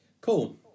Cool